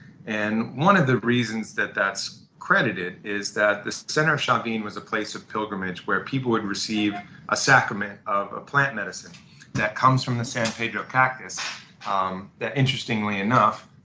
and one of the reasons that that's credited is that the center of chavin was a place of pilgrimage where people would receive a sacrament of plant medicine that comes from san pedro cactus um that interestingly enough,